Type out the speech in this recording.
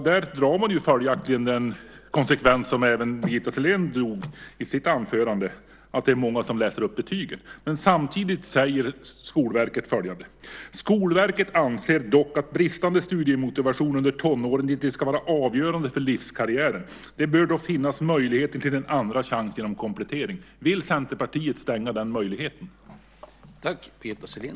Där drar man följaktligen en slutsats som även Birgitta Sellén drog i sitt anförande, att det är många som läser upp betygen. Men samtidigt säger Skolverket följande: Skolverket anser dock att bristande studiemotivation under tonåren inte ska vara avgörande för livskarriären. Det bör då finnas möjligheter till en andra chans genom komplettering. Vill Centerpartiet stänga den möjligheten?